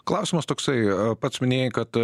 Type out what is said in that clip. klausimas toksai pats minėjai kad